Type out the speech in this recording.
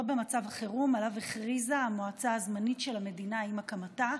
לא במצב חירום שעליו הכריזה המועצה הזמנית של המדינה עם הקמתה,